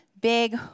big